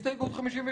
הסתייגות 57: